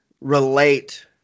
relate